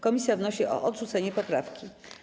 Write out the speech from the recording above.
Komisja wnosi o odrzucenie poprawki.